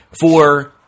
for-